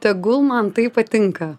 tegul man tai patinka